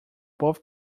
both